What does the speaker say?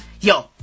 Yo